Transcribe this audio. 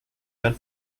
sein